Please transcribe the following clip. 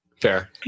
Fair